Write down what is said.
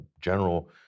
general